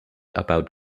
about